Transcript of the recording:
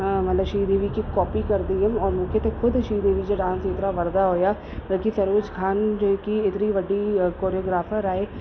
मतिलबु श्रीदेवी जी कॉपी कंदी हुअमि और मूंखे त ख़ुदि श्रीदेवी जा डांस एतिरा वणंदा हुया बल्कि सरोज ख़ान जेकी हेतिरी वॾी कोरियोग्राफर आहे